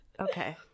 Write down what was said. okay